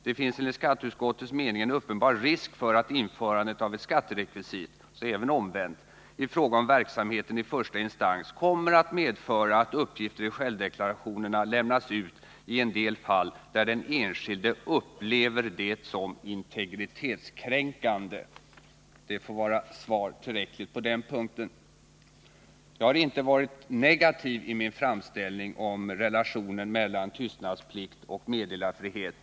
Det finns enligt utskottets mening en uppenbar risk för att införandet av skaderekvisit” —alltså även omvänt skaderekvisit — ”i fråga om verksamheten i första instans kommer att medföra att uppgifter vid självdeklarationerna lämnas ut i en del fall där den enskilde upplever det som integritetskränkande.” Det får vara svar tillräckligt på den punkten. Jag har inte i min framställning uttalat mig negativt om relationen mellan tystnadsplikt och meddelarfrihet.